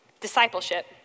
Discipleship